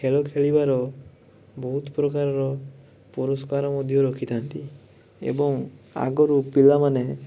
ଖେଳ ଖେଳିବାର ବହୁତ ପ୍ରକାରର ପୁରସ୍କାର ମଧ୍ୟ ରଖିଥାନ୍ତି ଏବଂ ଆଗରୁ ପିଲାମାନେ